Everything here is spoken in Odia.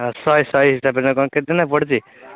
ଶହେ ଶହେ ହିସାବରେ କେତେ ପଡ଼ୁଛି